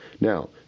Now